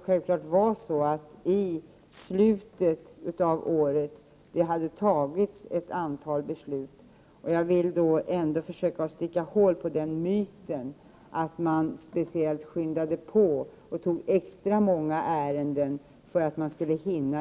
Självfallet hade det i slutet av året fattats ett antal beslut — jag vill i sammanhanget sticka hål på myten att man påskyndade handläggningen och fattade beslut i extra många ärenden